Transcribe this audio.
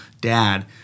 dad